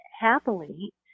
happily